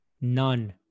None